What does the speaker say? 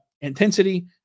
intensity